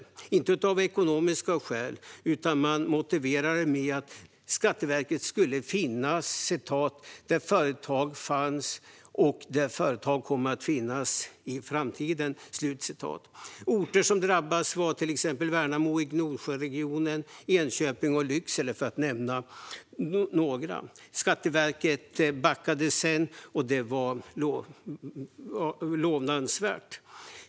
Detta gjordes inte av ekonomiska skäl, utan man motiverade det med att Skatteverket skulle finnas där företag fanns och där företag kommer att finnas i framtiden. Orter som drabbades var till exempel Värnamo i Gnosjöregionen, Enköping och Lycksele - för att nämna några. Skatteverket backade sedan, och det var lovvärt.